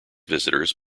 visitors